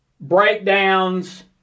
breakdowns